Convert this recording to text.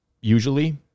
usually